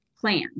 plan